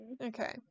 Okay